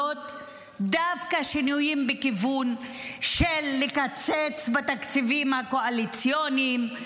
דווקא בכיוון של קיצוץ בתקציבים הקואליציוניים,